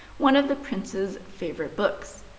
one of the prince's favorite books.